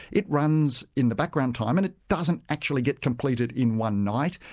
it runs in the background time, and it doesn't actually get completed in one night,